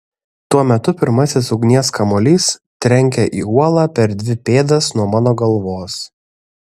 tuo metu pirmasis ugnies kamuolys trenkia į uolą per dvi pėdas nuo mano galvos